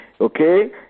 okay